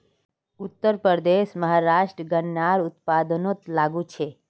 उत्तरप्रदेश, महाराष्ट्र गन्नार उत्पादनोत आगू छे